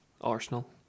Arsenal